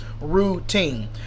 routine